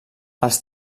els